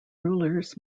rulers